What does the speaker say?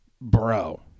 bro